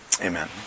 amen